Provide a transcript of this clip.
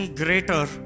greater